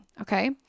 okay